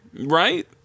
Right